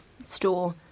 store